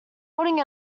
holding